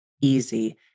easy